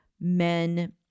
men